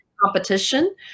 competition